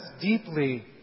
deeply